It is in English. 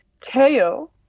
Teo